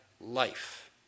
life